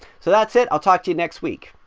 so that's it, i'll talk to you next week.